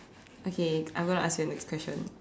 okay I'm going to ask you the next question